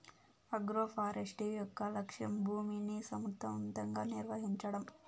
agroforestry యొక్క లక్ష్యం భూమిని సమర్ధవంతంగా నిర్వహించడం